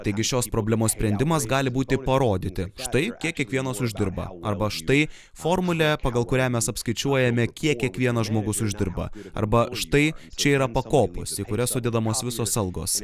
taigi šios problemos sprendimas gali būti parodyti štai kiek kiekvienas uždirba arba štai formulė pagal kurią mes apskaičiuojame kiek kiekvienas žmogus uždirba arba štai čia yra pakopos į kurias sudedamos visos algos